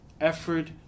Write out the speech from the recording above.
effort